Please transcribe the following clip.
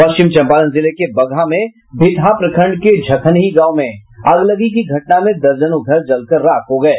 पश्चिम चम्पारण जिले के बगहा में भीतहा प्रखंड के झखनही गांव में अगलगी की घटना में दर्जनों घर जल कर राख हो गये